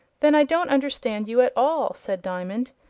then i don't understand you at all, said diamond.